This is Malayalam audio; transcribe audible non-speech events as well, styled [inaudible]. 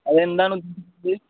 അതെ എന്താണ് [unintelligible]